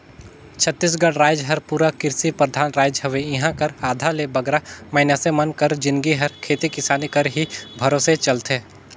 छत्तीसगढ़ राएज हर पूरा किरसी परधान राएज हवे इहां कर आधा ले बगरा मइनसे मन कर जिनगी हर खेती किसानी कर ही भरोसे चलथे